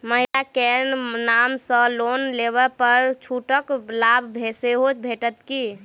महिला केँ नाम सँ लोन लेबऽ पर छुटक लाभ सेहो भेटत की?